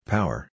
Power